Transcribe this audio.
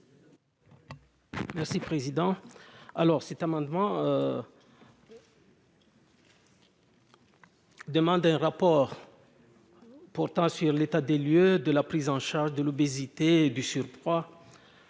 Merci président alors cet amendement. Demande un rapport. Allô. Pourtant, sur l'état des lieux de la prise en charge de l'obésité et du surpoids